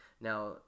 Now